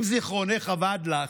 אם זיכרונך אבד לך,